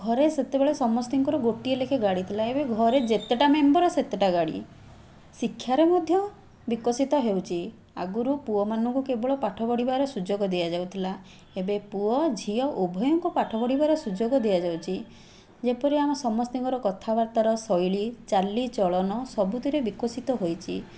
ଘରେ ସେତେବେଳେ ସମସ୍ତଙ୍କର ଗୋଟିଏ ଲେଖାଏଁ ଗାଡ଼ିଥିଲା ଏବେ ଘରେ ଯେତେଟା ମେମ୍ବର ସେତେଟା ଗାଡ଼ି ଶିକ୍ଷାର ମଧ୍ୟ ବିକଶିତ ହେଉଛି ଆଗରୁ ପୁଅମାନଙ୍କୁ କେବଳ ପାଠ ପଢ଼ିବାର ସୁଯୋଗ ଦିଆଯାଉଥିଲା ଏବେ ପୁଅଝିଅ ଉଭୟଙ୍କୁ ପାଠ ପଢ଼ିବାର ସୁଯୋଗ ଦିଆଯାଉଛି ଯେପରି ଆମର ସମସ୍ତଙ୍କର କଥାବାର୍ତ୍ତାର ଶୈଳୀ ଚାଲିଚଳନ ସବୁଥିରେ ବିକଶିତ ହେଇଛି